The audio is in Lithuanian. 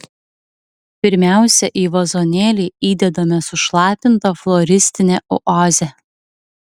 pirmiausia į vazonėlį įdedame sušlapintą floristinę oazę